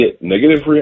negative